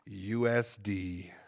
USD